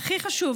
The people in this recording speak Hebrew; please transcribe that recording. והכי חשוב,